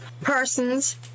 persons